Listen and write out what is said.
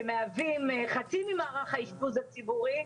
שמהווים חצי ממערך האשפוז הציבורי,